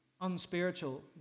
unspiritual